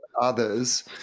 others